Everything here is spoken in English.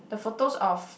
the photos of